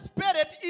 Spirit